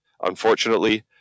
unfortunately